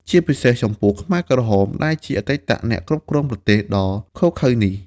ជាពិសេសចំពោះខ្មែរក្រហម ដែលជាអតីតអ្នកគ្រប់គ្រងប្រទេសដ៏ឃោរឃៅនេះ ។